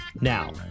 Now